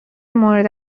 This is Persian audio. مورد